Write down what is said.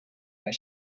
your